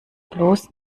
bloß